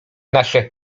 nasze